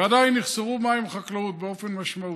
ועדיין יחסרו מים לחקלאות באופן משמעותי.